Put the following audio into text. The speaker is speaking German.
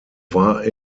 war